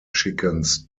chickens